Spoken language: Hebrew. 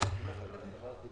ובניהול תיקי